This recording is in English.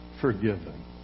forgiven